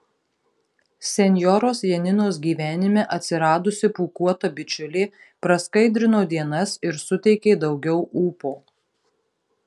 senjoros janinos gyvenime atsiradusi pūkuota bičiulė praskaidrino dienas ir suteikė daugiau ūpo